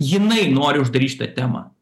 jinai nori uždaryt šitą temą